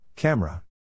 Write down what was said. Camera